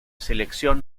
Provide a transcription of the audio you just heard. selección